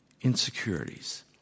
insecurities